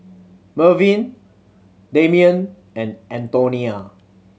Mervyn Damion and Antonia